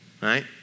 right